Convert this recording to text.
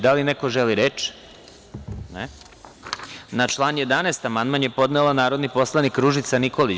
Da li neko želi reč? (Ne.) Na član 11. amandman je podnela narodni poslanik Ružica Nikolić.